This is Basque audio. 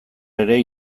ere